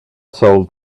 sold